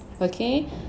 okay